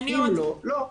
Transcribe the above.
אם לא- לא.